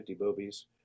movies